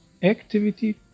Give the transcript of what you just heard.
Activity